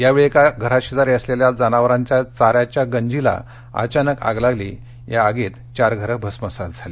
यावेळी एका घराशेजारी असलेल्या जनावरांच्या चाऱ्याच्या गंजीला अचानक आग लागली या आगीत चार घरं भस्मसात झाली